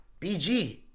BG